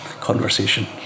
conversation